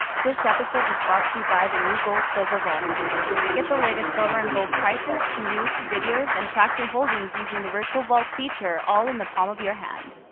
this episode was brought to you by the new goldsilver vault app get the latest silver and gold prices, news, videos, and track your holdings using the virtual vault feature all in the palm of your hand.